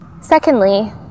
Secondly